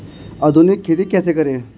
आधुनिक खेती कैसे करें?